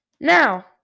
Now